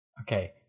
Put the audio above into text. Okay